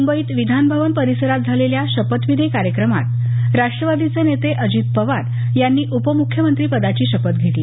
मुंबईत विधान भवन परिसरात झालेल्या शपथविधी कार्यक्रमात राष्ट्रवादीचे नेते अजित पवार यांनी उपमूख्यमंत्रीपदाची शपथ घेतली